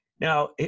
Now